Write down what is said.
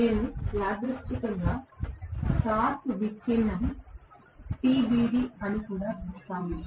మేము యాదృచ్ఛికంగా టార్క్ విచ్ఛిన్నం TBD అని కూడా పిలుస్తాము